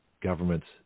Governments